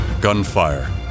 gunfire